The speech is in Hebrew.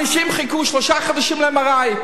אנשים חיכו שלושה חודשים ל-MRI.